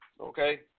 Okay